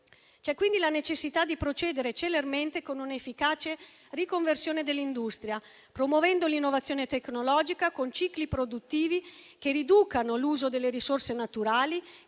C'è quindi la necessità di procedere celermente con un'efficace riconversione dell'industria, promuovendo l'innovazione tecnologica con cicli produttivi che riducano l'uso delle risorse naturali,